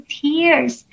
tears